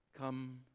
come